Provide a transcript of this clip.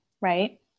right